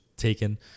taken